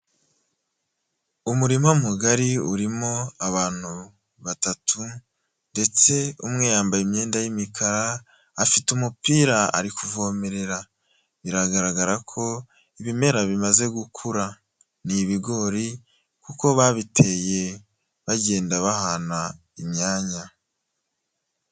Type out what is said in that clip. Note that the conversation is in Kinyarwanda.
Umurima mugari urimo abantu batatu, ndetse umwe yambaye imyenda y'imikara afite umupira ari kuvomerera, biragaragara ko ibimera bimaze gukura ni ibigori, kuko babiteye bagenda bahana imyanya.